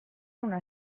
una